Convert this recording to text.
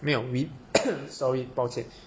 没有 we sorry 抱歉